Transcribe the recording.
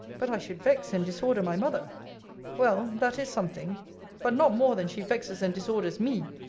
but i should vex and disorder my mother well, that is something but not more than she vexes and disorders me,